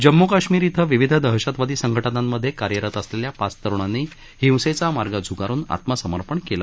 जम्मू काश्मिर इथं विविध दहशतवादी संघटनांमधे कार्यरत असलेल्या पाच तरुणांनी हिंसेचा मार्ग झुगारुन आत्मसमर्पण केलं